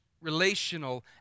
relational